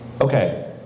okay